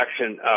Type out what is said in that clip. action